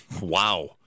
Wow